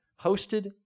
hosted